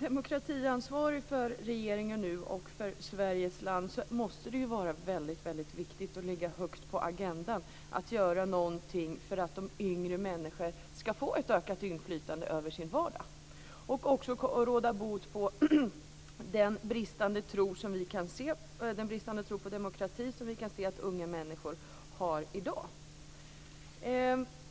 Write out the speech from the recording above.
demokratiansvarig i regeringen och i Sveriges land måste det vara väldigt viktigt att det ligger högt upp på agendan att göra någonting för att yngre människor ska få ett ökat inflytande över sin vardag och också för att råda bot på den bristande tro på demokrati som vi kan se att unga människor har i dag.